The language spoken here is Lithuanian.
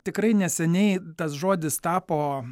tikrai neseniai tas žodis tapo